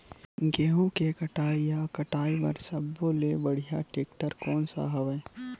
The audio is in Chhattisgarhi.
गेहूं के कटाई या कटाई बर सब्बो ले बढ़िया टेक्टर कोन सा हवय?